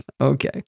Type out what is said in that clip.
Okay